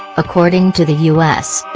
according to the u s.